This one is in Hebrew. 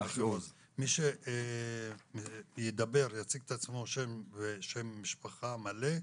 מי שידבר שיציג עצמו, שם ושם משפחה מלא,